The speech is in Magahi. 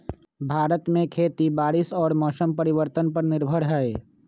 भारत में खेती बारिश और मौसम परिवर्तन पर निर्भर हई